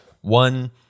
one